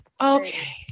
Okay